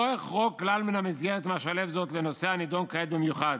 לא אחרוג כלל מן המסגרת אם אשלב זאת בנושא הנדון כעת במיוחד,